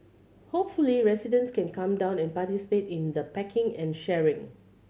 hopefully residents can come down and participate in the packing and sharing